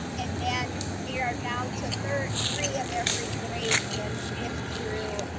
and then we are down to thirty three of every grade and fifth through